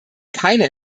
keine